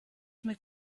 mit